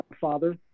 father